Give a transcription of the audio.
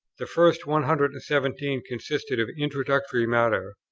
the first one hundred and seventeen consisted of introductory matter,